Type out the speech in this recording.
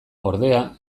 ordea